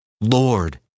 Lord